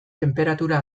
tenperatura